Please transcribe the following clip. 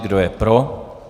Kdo je pro?